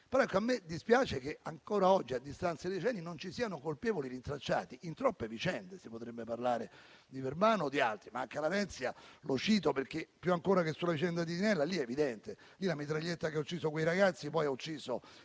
A me dispiace che ancora oggi, a distanza di decenni, non ci siano colpevoli rintracciati in troppe vicende. Si potrebbe parlare di Verbano o di altri omicidi, ma Acca Larenzia la cito perché, più ancora che sulla vicenda di Di Nella, in quel caso è evidente: la mitraglietta che ha ucciso quei ragazzi poi ha ucciso